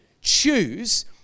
choose